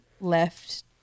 left